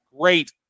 Great